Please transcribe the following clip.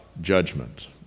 judgment